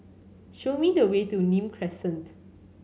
show me the way to Nim Crescent